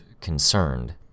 concerned